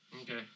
Okay